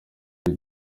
hari